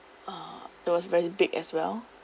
uh it was very big as well